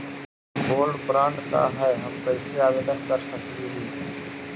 Gold bond का है, हम कैसे आवेदन कर सकली ही?